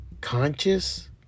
conscious